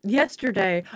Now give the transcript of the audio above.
yesterday